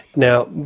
now,